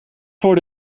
voor